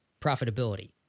profitability